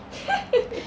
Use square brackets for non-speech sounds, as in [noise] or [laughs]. [laughs]